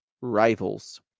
rivals